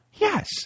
Yes